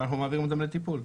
ואנחנו מעבירים אותם לטיפול.